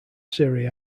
serie